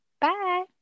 Bye